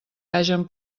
hagen